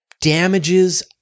damages